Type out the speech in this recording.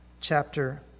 chapter